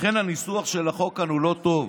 לכן הניסוח של החוק כאן הוא לא טוב.